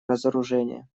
разоружение